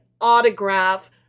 autograph